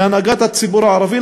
בהנהגת הציבור הערבי,